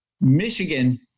Michigan